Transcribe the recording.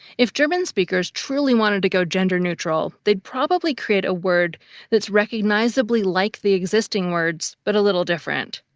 if german speakers truly wanted to go gender-neutral, they'd probably create a word that's recognizably like the existing words, but a little different.